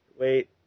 Wait